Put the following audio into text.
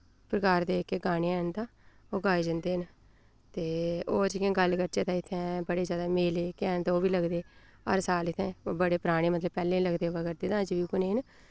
प्रकार दे जेह्के गाने हैन तां ओ गाए जंदे न ते और जि'यां गल्ल करचै तां इत्थै बड़े जैदा मेले जेह्के हैन तां ओह् बी लगदे हर साल इत्थै बड़े पराने मतलब पैह्लें दे लगदे आवै करदे ते अज्ज बी उ'ऐ नेह् न